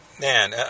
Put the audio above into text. man